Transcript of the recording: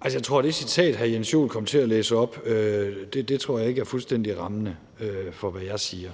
Altså, det citat, hr. Jens Joel kom til at læse op, tror jeg ikke er fuldstændig rammende for, hvad jeg siger.